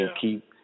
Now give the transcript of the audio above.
keep